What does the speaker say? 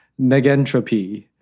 Negentropy